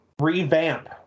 revamp